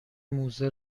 موزه